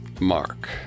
Mark